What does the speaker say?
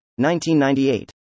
1998